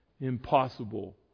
impossible